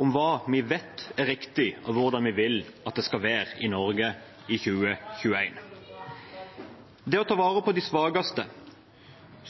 om hva vi vet er riktig, og om hvordan vi vil at det skal være i Norge i 2021. Det å ta vare på de svakeste,